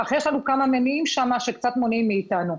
אך יש לנו כמה מניעים שם שקצת מונעים מאיתנו.